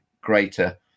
greater